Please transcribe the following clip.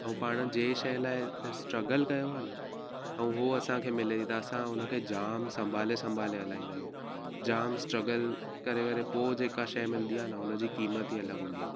ऐं पाण जंहिं शइ लाइ स्ट्रगल कयो आहे न ऐं हो असांखे मिले त असां हुन खे जामु संभाले संभाले हलाईंदा आहियूं जामु स्ट्रगल करे करे पोइ जेका शइ मिलंदी आहे न हुन जी क़ीमत ई अलॻि हूंदी आहे